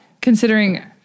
considering